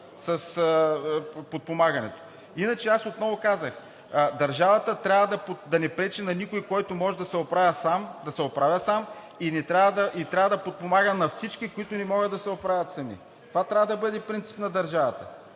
с подпомагането. Иначе, аз отново казах, държавата трябва да не пречи на никой – който може да се оправя сам, да се оправя сам, трябва да подпомага всички, които не могат да се оправят сами. Това трябва да бъде принцип на държавата.